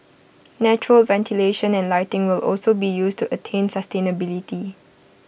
natural ventilation and lighting will also be used to attain sustainability